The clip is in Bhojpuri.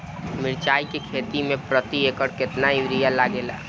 मिरचाई के खेती मे प्रति एकड़ केतना यूरिया लागे ला?